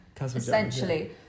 essentially